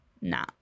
Nah